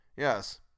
Yes